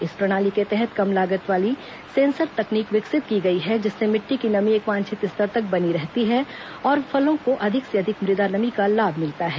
इस प्रणाली के तहत कम लागत वाली सेंसर तकनीक विकसित की गई है जिससे मिट्टी की नमी एक वांछित स्तर तक बनी रहती है और फलों को अधिक से अधिक मृदा नमी का लाभ मिलता है